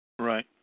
Right